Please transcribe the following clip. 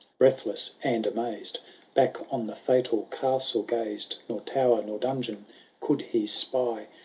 breathless and amazed back on the fatal castle gazed nor tower nor donjon could he spy,